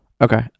okay